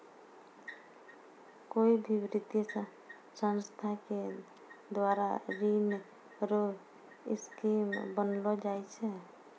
कोय भी वित्तीय संस्था के द्वारा ऋण रो स्कीम बनैलो जाय छै